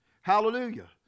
Hallelujah